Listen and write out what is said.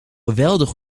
geweldig